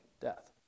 death